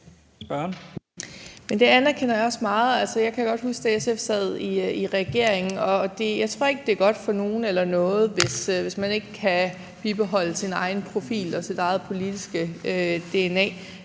Det anerkender jeg også meget. Jeg kan godt huske, da SF sad i regering. Jeg tror ikke, det er godt for nogen eller noget, hvis man ikke kan bibeholde sin egen profil og sit eget politiske dna,